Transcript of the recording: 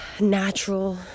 natural